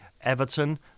Everton